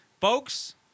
Folks